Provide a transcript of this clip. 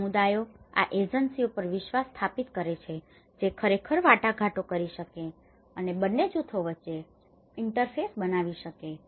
સમુદાયો આ એજન્સીઓ પર વિશ્વાસ સ્થાપિત કરે છે જે ખરેખર વાટાઘાટો કરી શકે છે અને બંને જૂથો વચ્ચે ઇન્ટરફેસ બનાવી શકે છે